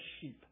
sheep